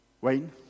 Wayne